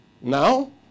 Now